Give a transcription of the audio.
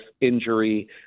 injury